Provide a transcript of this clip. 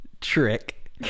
Trick